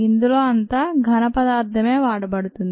ఇందులో అంతా ఘనపదార్థమే వాడబడుతుంది